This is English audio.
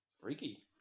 Freaky